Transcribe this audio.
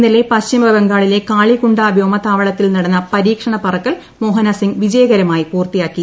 ഇന്നലെ പശ്ചിമബംഗാളിലെ കാളികുണ്ട വ്യോമത്താവളത്തിൽ നടന്ന പരീക്ഷണ പറക്കൽ മോഹനസിംഗ് വിജയകരമായി പൂർത്തിയാക്കി